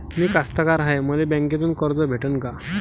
मी कास्तकार हाय, मले बँकेतून कर्ज भेटन का?